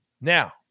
Now